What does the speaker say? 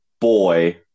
boy